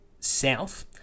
South